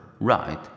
right